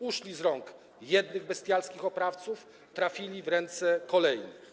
Uszli z rąk jednych bestialskich oprawców, trafili w ręce kolejnych.